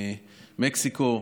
מקסיקו.